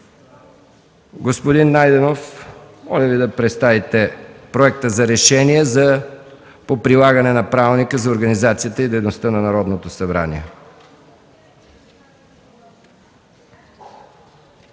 Господин Найденов, моля Ви да представите Проекта за решение по прилагането на Правилника за организацията и дейността на Народното събрание.